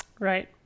Right